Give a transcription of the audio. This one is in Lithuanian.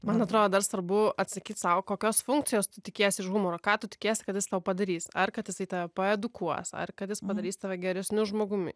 man atrodo dar svarbu atsakyt sau kokios funkcijos tu tikiesi iš humoro ką tu tikiesi kad jis tau padarys ar kad jisai tave paedukuos ar kad jis padarys tave geresniu žmogumi